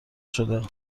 شده